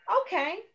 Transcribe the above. Okay